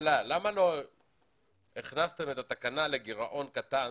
למה לא הכנסתם את התקנה לגירעון קטן